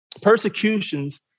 Persecutions